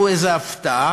וראו איזו הפתעה,